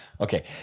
okay